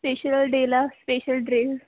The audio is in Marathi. स्पेशल डेला स्पेशल ड्रेस